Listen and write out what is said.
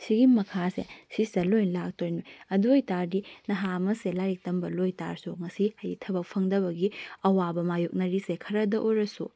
ꯑꯁꯤꯒꯤ ꯃꯈꯥꯁꯦ ꯑꯁꯤꯁꯤꯗ ꯂꯣꯏꯟ ꯂꯥꯛꯇꯣꯏꯅꯦ ꯑꯗꯨ ꯑꯏꯕ ꯇꯥꯔꯗꯤ ꯅꯍꯥ ꯑꯃꯁꯦ ꯂꯥꯏꯔꯤꯛ ꯇꯝꯕ ꯂꯣꯏꯕ ꯇꯥꯔꯁꯨ ꯉꯁꯤ ꯍꯥꯏꯕꯗꯤ ꯊꯕꯛ ꯐꯪꯗꯕꯒꯤ ꯑꯋꯥꯕ ꯃꯥꯌꯣꯛꯅꯔꯤꯁꯦ ꯈꯔꯗ ꯑꯣꯏꯔꯁꯨ